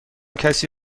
کسی